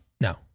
no